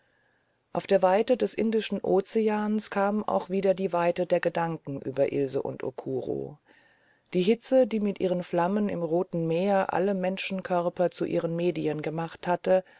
mit der weite des indischen ozeans kam auch wieder die weite der gedanken über ilse und okuro die hitze die mit ihren flammen im roten meer alle menschenkörper zu ihren medien gemacht hatte